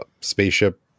spaceship